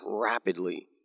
rapidly